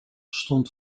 stond